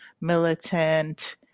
militant